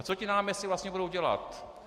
A co ti náměstci vlastně budou dělat?